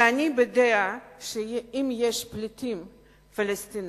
ואני בדעה שאם יש פליטים פלסטינים,